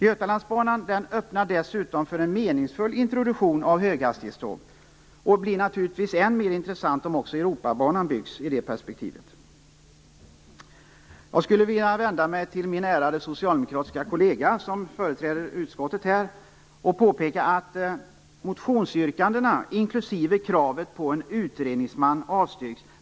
Götalandsbanan öppnar dessutom för en meningsfull introduktion av höghastighetståg och blir i det perspektivet naturligtvis än mer intressant om också Europabanan byggs. Jag vill vända mig till min ärade socialdemokratiske kollega som företräder utskottet. Motionsyrkandena, inklusive kravet på en utredningsman, avstyrks.